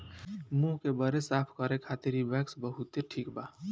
मुंह के बरे साफ करे खातिर इ वैक्स बहुते ठिक बा